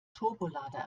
turbolader